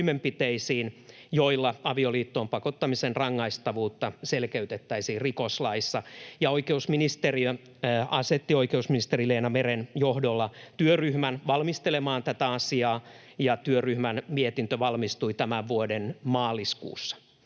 joilla avioliittoon pakottamisen rangaistavuutta selkeytettäisiin rikoslaissa. Oikeusministeriö asetti oikeusministeri Leena Meren johdolla työryhmän valmistelemaan tätä asiaa, ja työryhmän mietintö valmistui tämän vuoden maaliskuussa.